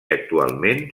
actualment